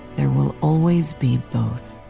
there will always be both,